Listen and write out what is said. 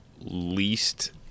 least